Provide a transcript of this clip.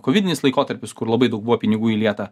kovidinis laikotarpis kur labai daug buvo pinigų įlieta